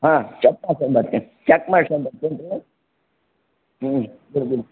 ಹಾಂ ಚಕ್ ಮಾಡ್ಕೊಂಡು ಬರ್ತೆನೆ ಚಕ್ ಮಾಡ್ಸ್ಕೊಂಡು ಬರ್ತೆನೆ ರೀ ಹ್ಞೂ